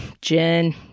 Jen